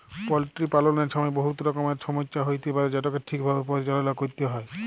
poultry পাললের ছময় বহুত রকমের ছমচ্যা হ্যইতে পারে যেটকে ঠিকভাবে পরিচাললা ক্যইরতে হ্যয়